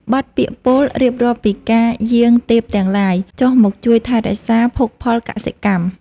បទពាក្យពោលរៀបរាប់ពីការយាងទេពទាំងឡាយ ចុះមកជួយថែរក្សាភោគផលកសិកម្ម។